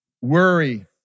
worry